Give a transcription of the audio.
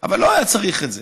אבל לא היה צריך את זה.